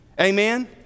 Amen